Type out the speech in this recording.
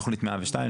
תכנית 102,